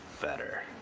better